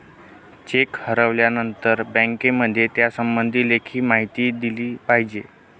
check हरवल्यानंतर बँकेमध्ये त्यासंबंधी लेखी माहिती दिली पाहिजे